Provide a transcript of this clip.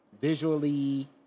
visually